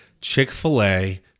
Chick-fil-A